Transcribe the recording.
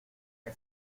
que